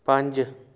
ਪੰਜ